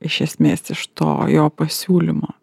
iš esmės iš to jo pasiūlymo